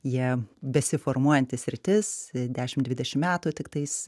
jie besiformuojanti sritis dešim dvidešim metų tiktais